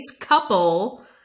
couple